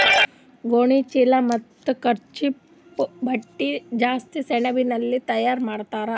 ಗೋಣಿಚೀಲಾ ಮತ್ತ್ ಕಚ್ಚಾ ಬಟ್ಟಿ ಜಾಸ್ತಿ ಸೆಣಬಲಿಂದ್ ತಯಾರ್ ಮಾಡ್ತರ್